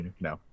No